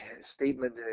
statement